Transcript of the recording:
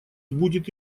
будет